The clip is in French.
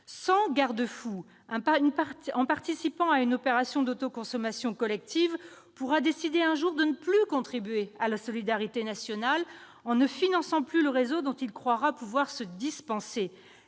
Sans garde-fou, un participant à une opération d'autoconsommation collective pourra décider, un jour, de ne plus contribuer à la solidarité nationale en ne finançant plus le réseau dont il croira pouvoir se dispenser